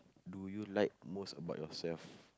do you like most about yourself